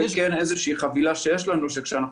זאת כן איזו חבילה שיש לנו כשאנחנו